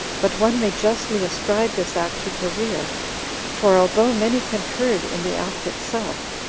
but one may justly ascribe this act to cherea for although many concurred in the act itself,